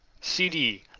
CD